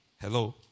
Hello